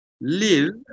live